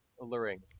alluring